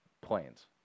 planes